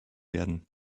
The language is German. werden